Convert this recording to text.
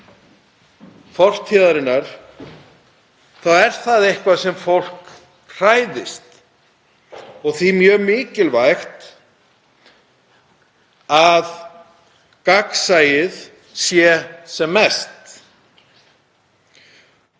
er það eitthvað sem fólk hræðist og því er mjög mikilvægt að gagnsæið sé sem mest.